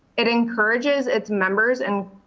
it encourages its members and